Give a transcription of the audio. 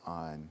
on